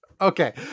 Okay